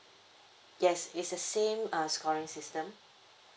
yes it's the same uh scoring system